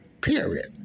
Period